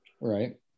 Right